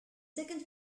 second